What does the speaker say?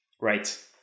Right